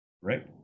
right